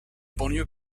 banlieue